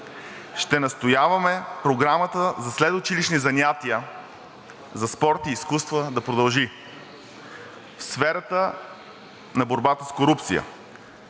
Ще настояваме програмата за следучилищни занятия за спорт и изкуства да продължи. В сферата на борбата с корупцията